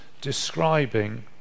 describing